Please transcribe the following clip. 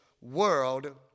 world